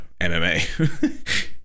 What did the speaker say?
MMA